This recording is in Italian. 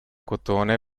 cotone